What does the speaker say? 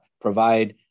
provide